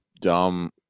Dumb